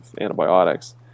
antibiotics